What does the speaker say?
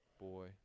boy